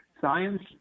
science